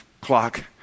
clock